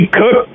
cook